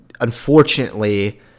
unfortunately